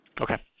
Okay